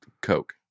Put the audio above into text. Coke